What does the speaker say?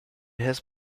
has